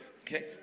Okay